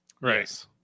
Right